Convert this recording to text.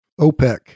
OPEC